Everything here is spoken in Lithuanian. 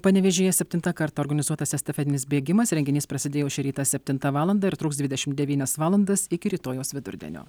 panevėžyje septintą kartą organizuotas estafetinis bėgimas renginys prasidėjo šį rytą septintą valandą ir truks dvidešimt devynias valandas iki rytojaus vidurdienio